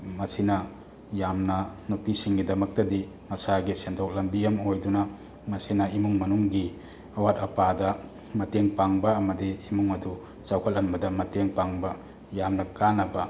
ꯃꯁꯤꯅ ꯌꯥꯝꯅ ꯅꯨꯄꯤꯁꯤꯡꯒꯤꯗꯃꯛꯇꯗꯤ ꯉꯁꯥꯏꯒꯤ ꯁꯦꯟꯊꯣꯛ ꯂꯥꯃꯒꯤ ꯑꯃ ꯑꯣꯏꯗꯨꯅ ꯃꯁꯤꯅ ꯏꯃꯨꯡ ꯃꯅꯨꯡꯒꯤ ꯑꯋꯥꯠ ꯑꯄꯥꯗ ꯃꯇꯦꯡ ꯄꯥꯡꯕ ꯑꯃꯗꯤ ꯏꯃꯨꯡ ꯑꯗꯨ ꯆꯥꯎꯈꯠꯍꯟꯕꯗ ꯃꯇꯦꯡ ꯄꯥꯡꯕ ꯌꯥꯝꯅ ꯀꯥꯟꯅꯕ